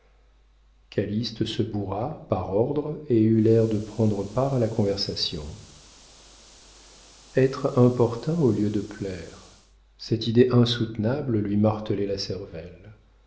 calyste se bourra par ordre et eut l'air de prendre part à la conversation être importun au lieu de plaire cette idée insoutenable lui martelait la cervelle